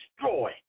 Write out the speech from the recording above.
destroy